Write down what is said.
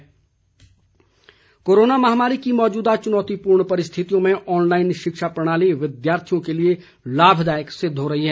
online शिक्षा corona महामारी की मौजूदा चुनौतीपूर्ण परिस्थितियों में ऑनलाईन शिक्षा प्रणाली विद्यार्थियों के लिए लाभदायक सिद्व हो रही है